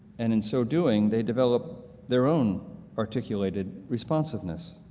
and in so doing, they develop their own articulated responsiveness.